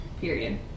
period